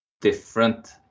different